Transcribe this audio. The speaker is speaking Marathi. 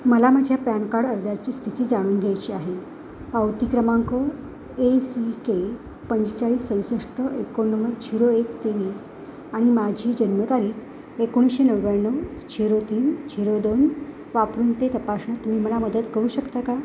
मला माझ्या पॅन कार्ड अर्जाची स्थिती जाणून घ्यायची आहे पावती क्रमांक ए सी के पंचेचाळीस चौसष्ट एकोणनव्वद झिरो एक तेवीस आणि माझी जन्मतारीख एकोणीशे नव्याण्णव झिरो तीन झिरो दोन वापरून ते तपासण्यात तुम्ही मला मदत करू शकता का